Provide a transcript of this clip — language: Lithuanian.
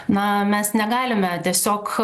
na mes negalime tiesiog